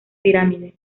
pirámide